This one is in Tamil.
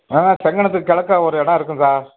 ஆ செங்கணத்துக்கு கிழக்க ஒரு இடோம் இருக்குது சார்